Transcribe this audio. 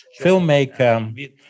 filmmaker